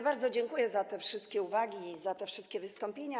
Bardzo dziękuję za wszystkie uwagi i za wszystkie wystąpienia.